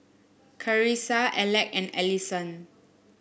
Carissa Alek and Allyson